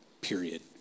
period